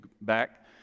back